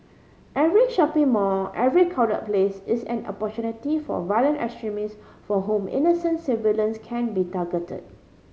every shopping mall every crowd place is an opportunity for violent extremist for whom innocent civilians can be target